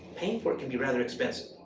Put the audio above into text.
paying for it can be rather expensive.